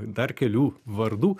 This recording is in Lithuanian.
dar kelių vardų